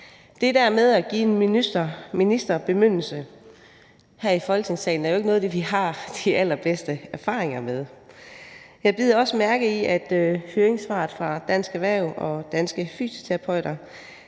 Det der med at give en minister bemyndigelse her i Folketingssalen er jo ikke noget, vi har de allerbedste erfaringer med. Jeg bed også mærke i høringssvaret fra Dansk Erhverv og Danske Fysioterapeuter,